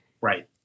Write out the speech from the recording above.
right